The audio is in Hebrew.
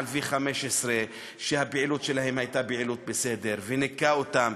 V15 שהפעילות שלהם הייתה בסדר וניקה אותם.